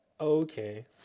Okay